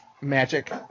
magic